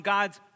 God's